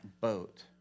boat